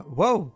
whoa